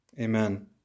Amen